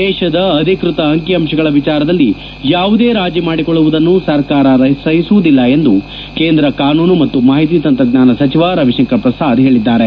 ದೇಶದ ಅಧಿಕೃತ ಅಂಕಿ ಅಂಶಗಳ ವಿಚಾರದಲ್ಲಿ ಯಾವುದೇ ರಾಜಿ ಮಾಡಿಕೊಳ್ಳುವುದನ್ನು ಸರ್ಕಾರ ಸಹಿಸುವುದಿಲ್ಲ ಎಂದು ಕೇಂದ್ರ ಕಾನೂನು ಮತ್ತು ಮಾಹಿತಿ ತಂತ್ರಜ್ಞಾನ ಸಚಿವ ರವಿಶಂಕರ್ ಪ್ರಸಾದ್ ಹೇಳಿದ್ದಾರೆ